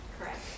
Correct